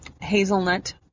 Hazelnut